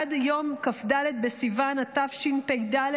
עד יום כ"ד בסיוון התשפ"ד,